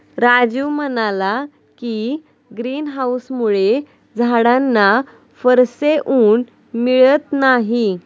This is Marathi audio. राजीव म्हणाला की, ग्रीन हाउसमुळे झाडांना फारसे ऊन मिळत नाही